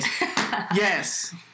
yes